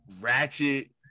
ratchet